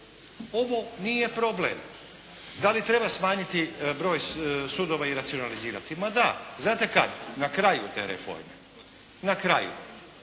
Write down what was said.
ovo nije problem. Da li treba smanjiti broj sudova i racionalizirati, ma da, znate kada? Na kraju te reforme, na kraju.